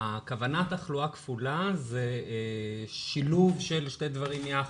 הכוונה בתחלואה כפולה זה שילוב של שני דברים ביחד,